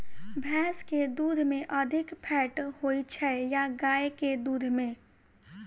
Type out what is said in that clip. भैंस केँ दुध मे अधिक फैट होइ छैय या गाय केँ दुध में?